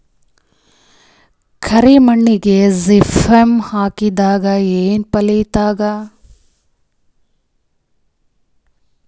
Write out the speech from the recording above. ಕರಿ ಮಣ್ಣಿಗೆ ಜಿಪ್ಸಮ್ ಹಾಕಿದರೆ ಏನ್ ಫಾಯಿದಾ?